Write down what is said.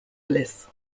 bliss